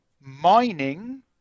mining